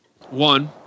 One